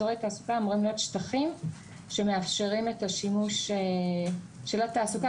איזורי תעסוקה אמורים להיות שטחים שמאפשרים של השימוש של התעסוקה,